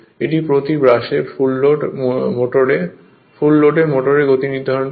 এটি প্রতি ব্রাশে ফুল লোডে মোটরের গতি নির্ধারণ করে